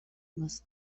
was